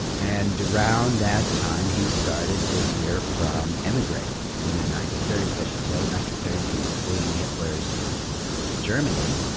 and around that time, he started to hear from emigres in the nineteen thirty s, especially in the late nineteen thirty s, who were fleeing hitler's germany,